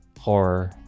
horror